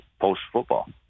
post-football